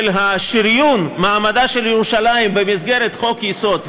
של שריון מעמדה של ירושלים במסגרת חוק-יסוד,